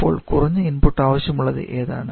അപ്പോൾ കുറഞ്ഞ ഇൻപുട്ട് ആവശ്യമുള്ളത് ഏതാണ്